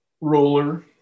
roller